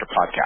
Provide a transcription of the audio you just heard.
Podcast